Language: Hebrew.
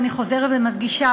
ואני חוזרת ומדגישה,